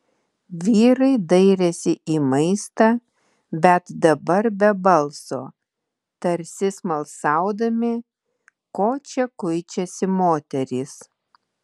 vyrai dairėsi į maistą bet dabar be balso tarsi smalsaudami ko čia kuičiasi moterys